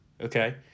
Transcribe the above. Okay